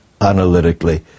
analytically